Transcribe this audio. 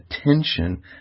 attention